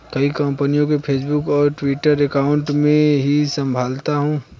कई कंपनियों के फेसबुक और ट्विटर अकाउंट मैं ही संभालता हूं